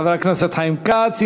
חבר הכנסת חיים כץ.